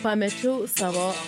pamečiau savo